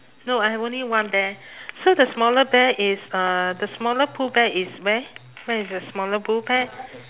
no I have only one bear so the smaller bear is uh the smaller pooh bear is where where is the smaller pooh bear